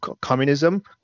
communism